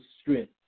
strength